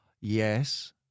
yes